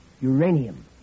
Uranium